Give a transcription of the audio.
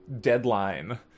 Deadline